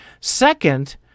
Second